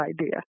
idea